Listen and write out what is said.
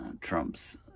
Trump's